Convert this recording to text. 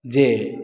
जे